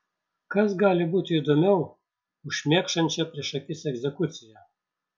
kas gali būti įdomiau už šmėkšančią prieš akis egzekuciją